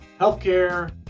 healthcare